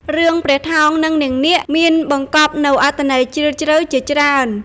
រឿងព្រះថោង និងនាងនាគ មានបង្កបនូវអត្ថន័យជ្រាលជ្រៅជាច្រើន។